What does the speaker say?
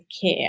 care